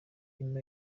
nyuma